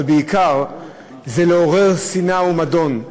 אבל בעיקר זה לעורר שנאה ומדון,